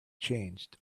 changed